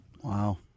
Wow